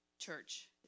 church